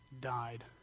died